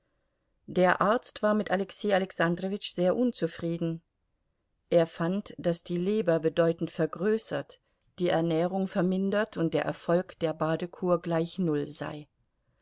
der arzt war mit alexei alexandrowitsch sehr unzufrieden er fand daß die leber bedeutend vergrößert die ernährung vermindert und der erfolg der badekur gleich null sei